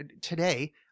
today